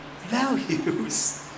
values